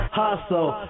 hustle